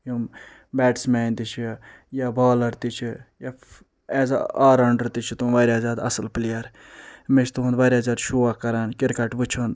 یِم بیٹسمین تہِ چھِ یا بالر تہِ چھِ یا ایز اے آلرونڈر تہِ چھِ تِم اصل پلیر مےٚ چھُ تُہنٛد واریاہ زیادٕ شوق کران کہ